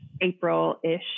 April-ish